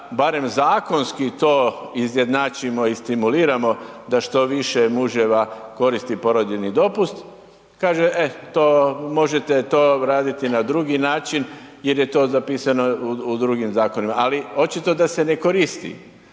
barem zakonski to izjednačimo i stimuliramo da što više muževa koristi porodiljni dopust, kaže, eh to možete to raditi na drugi način jer je to zapisano u drugim zakonima, ali očito da se ne koristi.